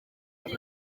ati